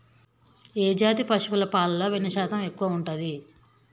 ఏ జాతి పశువుల పాలలో వెన్నె శాతం ఎక్కువ ఉంటది?